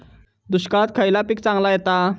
दुष्काळात खयला पीक चांगला येता?